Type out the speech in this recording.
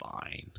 fine